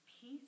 peace